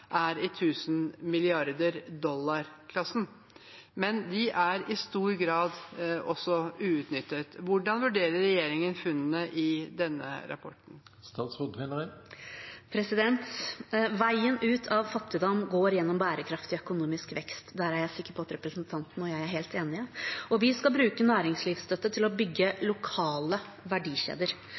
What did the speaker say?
er i tusen-milliarder-dollar-klassen, men de er i stor grad uutnyttet. Hvordan vurderer regjeringen funnene i denne rapporten?» Veien ut av fattigdom går gjennom bærekraftig økonomisk vekst – der er jeg sikker på at representanten og jeg er helt enige. Vi skal bruke næringslivsstøtte til å bygge lokale verdikjeder: